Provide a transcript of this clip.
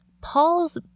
Paul's